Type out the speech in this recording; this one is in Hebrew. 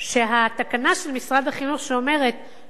שהתקנה של משרד החינוך שלא מחליפים